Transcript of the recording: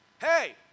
hey